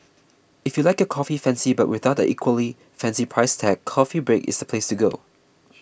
if you like your coffee fancy but without the equally fancy price tag Coffee Break is the place to go